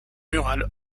murale